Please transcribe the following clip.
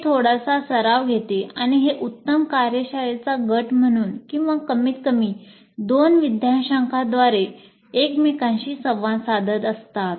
हे थोडासा सराव घेते आणि हे उत्तम कार्यशाळेचा गट म्हणून किंवा कमीतकमी 2 विद्याशाख्यांद्वारे एकमेकांशी संवाद साधत असतात